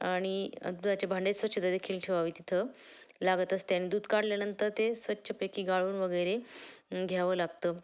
आणि दुधाचे भांडे स्वच्छ देखील ठेवावी तिथं लागत असते आणि दूध काढल्यानंतर ते स्वच्छपैकी गाळून वगैरे घ्यावं लागतं